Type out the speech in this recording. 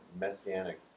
messianic